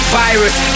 virus